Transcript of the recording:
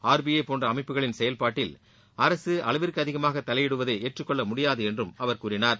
R B I போன்ற அமைப்புகளின் செயல்பாட்டில் அரசு அளவிற்கு அதிகமாக தலையிடுவதை ஏற்றுக் கொள்ள முடியாது என்றும் கூறினார்